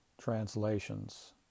translations